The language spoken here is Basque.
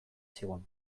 zigun